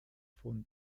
von